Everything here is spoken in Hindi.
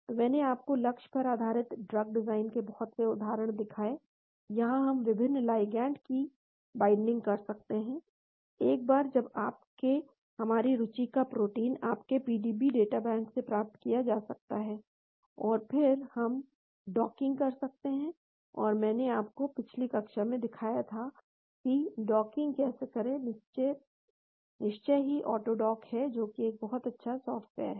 तो मैंने आपको लक्ष्य पर आधारित ड्रग डिज़ाइन के बहुत से उदाहरण दिखाए जहाँ हम विभिन्न लाइगैंड की बाइंडिंग कर सकते हैं एक बार जब आपके हमारी रुचि का प्रोटीन आपके पीडीबी डेटा बैंक से प्राप्त किया जा सकता है और फिर हम डॉकिंग कर सकते हैं और मैंने आपको पिछली कक्षा में दिखाया था कि डॉकिंग कैसे करें निश्चय ही ऑटो डॉक है जो कि एक बहुत अच्छा सॉफ्टवेयर है